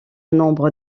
nombre